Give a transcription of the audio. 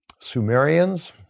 Sumerians